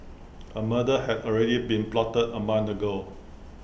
A murder had already been plotted A month ago